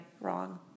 wrong